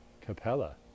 capella